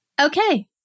okay